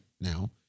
now